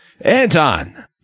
Anton